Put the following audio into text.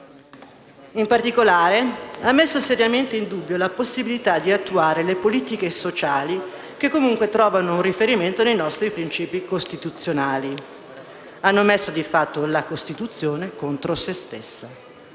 In particolare, ha messo seriamente in dubbio la possibilità di attuare le politiche sociali, che comunque trovano un riferimento nei nostri principi costituzionali. Hanno messo di fatto la Costituzione contro se stessa!